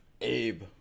Abe